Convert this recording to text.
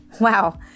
Wow